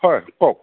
হয় কওক